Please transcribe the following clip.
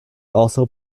also